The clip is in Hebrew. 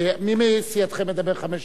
מי מסיעתכם מדבר חמש דקות?